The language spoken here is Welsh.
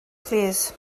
plîs